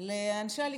לאנשי הליכוד.